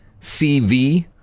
CV